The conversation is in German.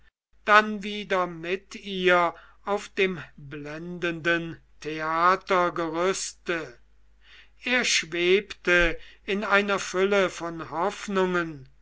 dann wieder mit ihr auf dem blendenden theatergerüste er schwebte in einer fülle von hoffnungen